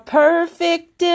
perfect